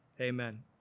Amen